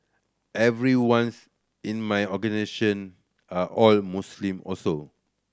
everyone's in my are all Muslim also